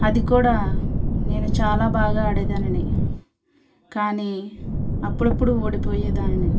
అది కూడా నేను చాలా బాగా ఆడేదానిని కానీ అప్పుడప్పుడు ఓడిపోయేదానిని